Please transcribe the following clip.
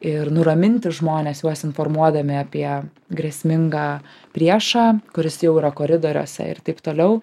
ir nuraminti žmones juos informuodami apie grėsmingą priešą kuris jau yra koridoriuose ir tik toliau